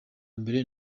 mbere